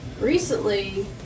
Recently